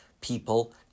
people